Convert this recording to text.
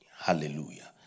Hallelujah